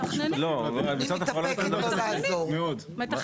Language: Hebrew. לא, משרד התחבורה קובע --- מתכננים.